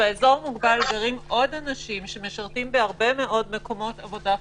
באזור מוגבל גרים עוד אנשים שמשרתים בהרבה מאוד מקומות עבודה חיוניים,